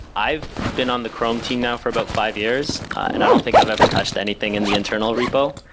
i've been on the chrome team now for about five years, and i don't think i've ever touched anything in the internal repo.